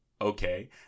okay